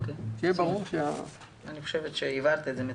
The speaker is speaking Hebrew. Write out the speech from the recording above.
אני חושבת שהבהרת את זה מצוין.